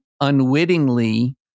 unwittingly